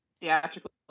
theatrical